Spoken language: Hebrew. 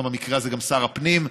במקרה הזה גם שר הפנים.